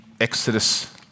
exodus